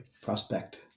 prospect